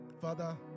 father